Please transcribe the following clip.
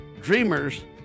Dreamers